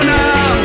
now